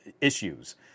issues